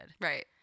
right